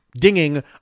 dinging